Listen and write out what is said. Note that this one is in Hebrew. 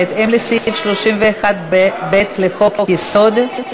בהתאם לסעיף 31(ב) לחוק-יסוד: